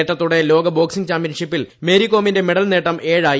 നേട്ടത്തോടെ ലോക ബോക്സിംഗ് ചാമ്പ്യൻഷിപ്പിൽ മേരികോമിന്റെ മെഡൽ നേട്ടം ഏഴ് ആയി